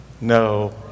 no